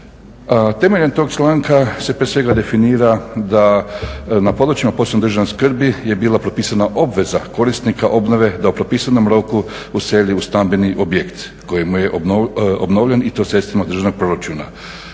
Temeljem tog članka se prije svega definira da na područjima posebne državne skrbi je bila propisana obveza korisnika obnove da u propisanom roku useli u stambeni objekt koji mu je obnovljen i to sredstvima iz državnog proračuna.